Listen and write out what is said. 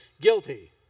guilty